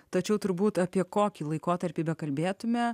tačiau turbūt apie kokį laikotarpį bekalbėtume